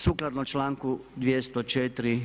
Sukladno članku 204.